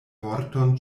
vorton